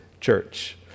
church